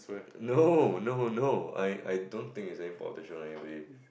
no no no I I don't think it's any part of the anybody